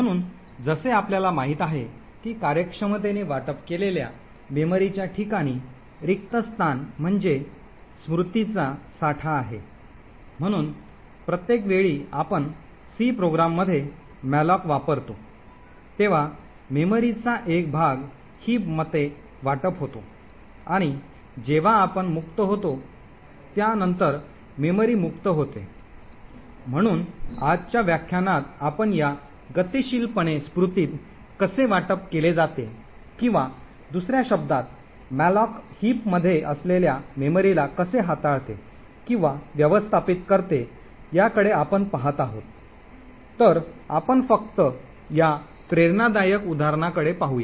म्हणून जसे आपल्याला माहित आहे की कार्यक्षमतेने वाटप केलेल्या मेमरीच्या ठिकाणी रिक्त स्थान म्हणजे स्मृतीचा साठा आहे म्हणून प्रत्येक वेळी आपण सी प्रोग्राममध्ये मॅलोक वापरतो तेव्हा स्मृतीचा एक भाग हिप मध्ये वाटप होतो आणि जेव्हा आपण मुक्त होतो त्या नंतर मेमरी मुक्त होते म्हणून आजच्या व्याख्यानात आपण या गतीशीलपणे स्मृतीत कसे वाटप केले जाते किंवा दुसर्या शब्दांत मॅलोक हिपमध्ये असलेल्या मेमरीला कसे हाताळते किंवा व्यवस्थापित करते याकडे आपण पहात आहोत तर आपण फक्त या प्रेरणादायक उदाहरणकडे पाहूया